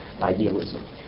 idealism